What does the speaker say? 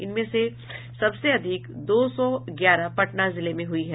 इनमें से सबसे अधिक दो सौ ग्यारह पटना जिले में हुई है